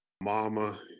mama